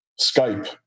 Skype